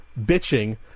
bitching